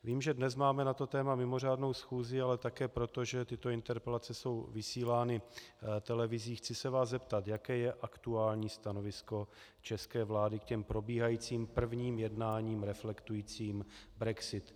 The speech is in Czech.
Vím, že dnes máme na to téma mimořádnou schůzi, ale také proto, že tyto interpelace jsou vysílány televizí, se vás chci zeptat, jaké je aktuální stanovisko české vlády k těm probíhajícím prvním jednáním reflektujícím brexit.